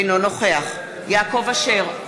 אינו נוכח יעקב אשר,